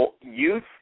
youth